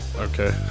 Okay